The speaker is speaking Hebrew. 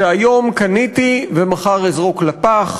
שהיום קניתי ומחר אזרוק לפח.